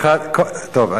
טוב,